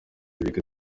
biga